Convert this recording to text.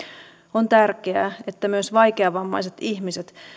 on tärkeää että myös vaikeavammaiset ihmiset